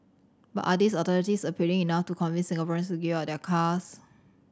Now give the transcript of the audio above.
but are these alternatives appealing enough to convince Singaporeans to give up their cars